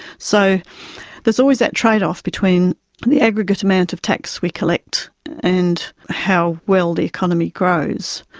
so there is always that trade-off between the aggregate amount of tax we collect and how well the economy grows.